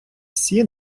всі